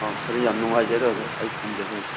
ꯑꯣ ꯐꯅꯤ ꯌꯥꯝ ꯅꯨꯡꯉꯥꯏꯖꯔꯦ ꯑꯣꯖꯥ ꯑꯩ ꯊꯝꯖꯔꯦ ꯑꯣꯖꯥ